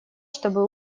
чтобы